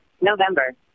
November